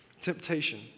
temptation